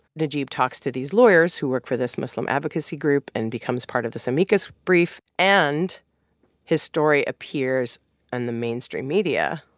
najeeb talks to these lawyers who work for this muslim advocacy group and becomes part of this amicus brief. and his story appears in and the mainstream media.